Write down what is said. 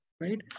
right